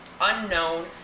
unknown